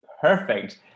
Perfect